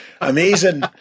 Amazing